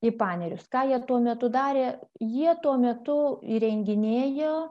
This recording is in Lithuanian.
į panerius ką jie tuo metu darė jie tuo metu įrenginėjo